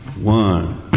One